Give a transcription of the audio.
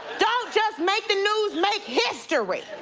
don't just make the news, make history.